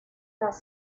las